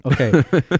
Okay